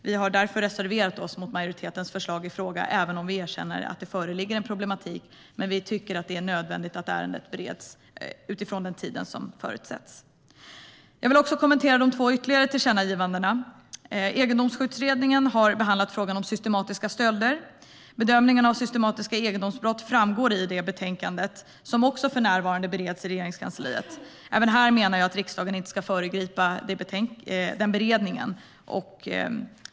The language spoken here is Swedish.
Vi har därför reserverat oss mot majoritetens förslag i frågan även om vi erkänner att det föreligger problem. Vi tycker att det är nödvändigt att ärendet bereds under den tid som satts ut. Jag vill också kommentera de två ytterligare tillkännagivandena. Egendomsskyddsutredningen har behandlat frågan om systematiska stölder. Bedömningen av systematiska egendomsbrott framgår i betänkandet som för närvarande bereds i Regeringskansliet. Även här menar jag att riksdagen inte ska föregripa beredningen.